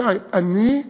אבל אני רק